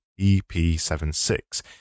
EP76